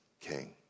king